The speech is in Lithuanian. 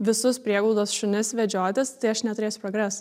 visus prieglaudos šunis vedžiotis tai aš neturėsiu progreso